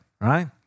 right